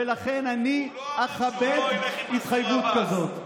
ולכן אני אכבד התחייבות כזאת.